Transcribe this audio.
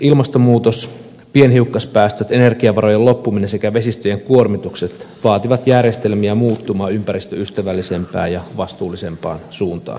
ilmastonmuutos pienhiukkaspäästöt energiavarojen loppuminen sekä vesistöjen kuormitukset vaativat järjestelmiä muuttumaan ympäristöystävällisempään ja vastuullisempaan suuntaan